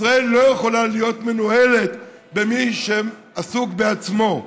ישראל לא יכולה להיות מנוהלת על ידי מי שעסוק בעצמו.